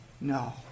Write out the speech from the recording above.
No